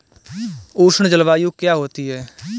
उष्ण जलवायु क्या होती है?